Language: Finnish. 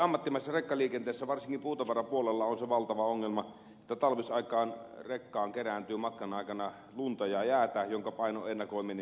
ammattimaisessa rekkaliikenteessä varsinkin puutavarapuolella on se valtava ongelma että talvisaikaan rekkaan kerääntyy matkan aikana lunta ja jäätä joiden painon ennakoiminen on vaikeaa